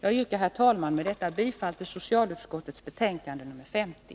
Jag yrkar, herr talman, med detta bifall till hemställan i socialutskottets betänkande nr 50.